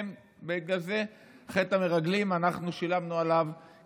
בגלל זה שילמנו על חטא המרגלים, כעם,